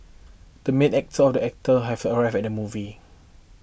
the main actor of the actor have arrived at movie